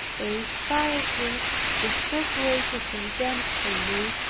they inspired him with so great a contempt for me,